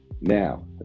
now